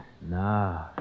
Nah